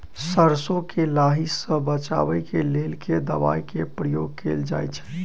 सैरसो केँ लाही सऽ बचाब केँ लेल केँ दवाई केँ प्रयोग कैल जाएँ छैय?